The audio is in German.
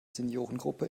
seniorengruppe